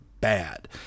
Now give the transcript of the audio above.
bad